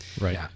Right